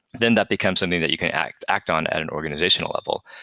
then that become something that you can act act on at an organizational level.